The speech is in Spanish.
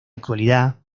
actualidad